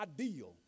ideal